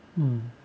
uh